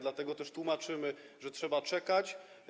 Dlatego też tłumaczymy, że trzeba czekać.